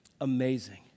Amazing